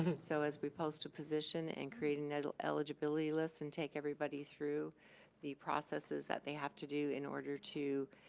um so as we post a position and create an eligibility list and take everybody through the processes that they have to do in order to